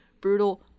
brutal